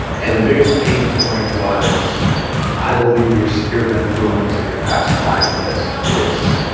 and the biggest pain point was i believe your sphere of influence and your past client list is